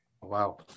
Wow